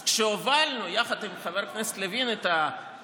אז כשהובלנו יחד עם חבר הכנסת לוין את התיקון,